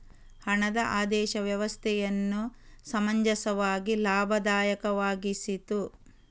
ಹಣದ ಆದೇಶ ವ್ಯವಸ್ಥೆಯನ್ನು ಸಮಂಜಸವಾಗಿ ಲಾಭದಾಯಕವಾಗಿಸಿತು